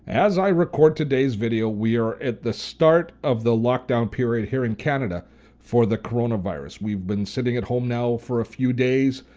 as i record today's video, we are at the start of the lockdown period here in canada for the corona virus. we've been sitting at home now for a few days.